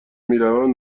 میرم